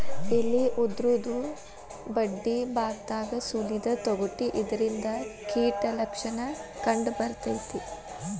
ಎಲಿ ಉದುರುದು ಬಡ್ಡಿಬಾಗದಾಗ ಸುಲಿದ ತೊಗಟಿ ಇದರಿಂದ ಕೇಟ ಲಕ್ಷಣ ಕಂಡಬರ್ತೈತಿ